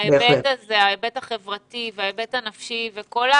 ההיבט החברתי וההיבט הנפשי, אני חושבת